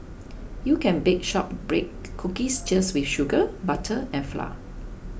you can bake Shortbread Cookies just with sugar butter and flour